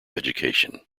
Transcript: education